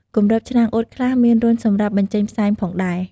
គម្របឆ្នាំងអ៊ុតខ្លះមានរន្ធសម្រាប់បញ្ចេញផ្សែងផងដែរ។